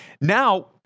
Now